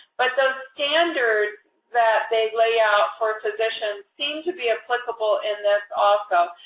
but those standards that they lay out for physicians seem to be applicable in this, also.